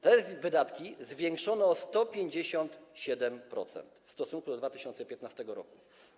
Te wydatki zwiększono o 157% w stosunku do 2015 r.